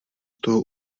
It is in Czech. toho